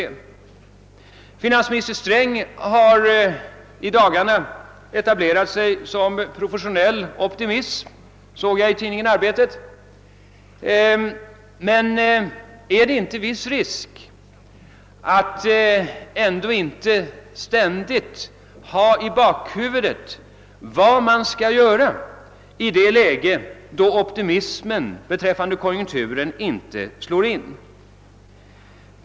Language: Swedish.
Jag såg häromdagen att finansminister Sträng i tidningen Arbetet etablerat sig som professionell optimist, men jag undrar om det inte är stor risk förenad med att inte ständigt ha i tankarna vad man skall göra för den händelse att optimismen om konjunkturen inte visar sig slå in.